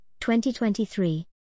2023